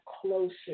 closer